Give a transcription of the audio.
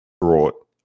brought